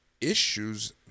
issues